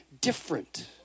different